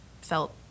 felt